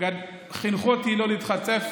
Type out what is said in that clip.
חינכו אותי לא להתחצף,